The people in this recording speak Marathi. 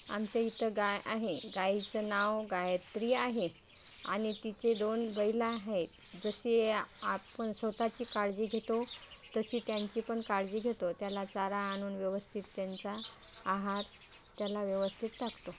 आमच्या इथं गाय आहे गाईचं नाव गायत्री आहे आणि तिचे दोन बैल आहे जसे आपण स्वतःची काळजी घेतो तशी त्यांची पण काळजी घेतो त्याला चारा आणून व्यवस्थित त्यांचा आहार त्यांना व्यवस्थित टाकतो